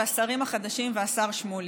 השרים החדשים והשר שמולי,